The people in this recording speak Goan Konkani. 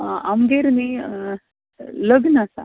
आं आमगेर न्ही लग्न आसा